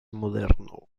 moderno